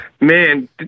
Man